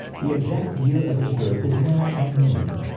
the exact year of his birth is now unknown,